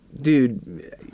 dude